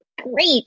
Great